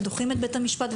ודוחים את בית המשפט,